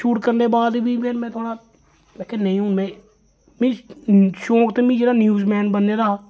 shoot करने दे बाद फिर में थोह्ड़ा में आखेआ नेईं हून में मीं थोह्ड़ा शौंक ते मिगी न्यूज मैन बनने दा हा